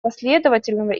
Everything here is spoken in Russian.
последовательного